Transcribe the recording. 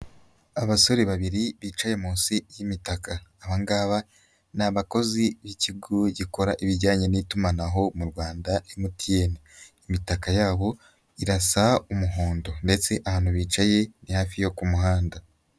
Abasore babiri bicaye munsi y'imitaka, aba ngaba ni abakozi b'ikigo gikora ibijyanye n'itumanaho mu Rwanda MTN, imitaka yabo irasa umuhondo ndetse abantu bicaye ni hafi yo ku muhanda.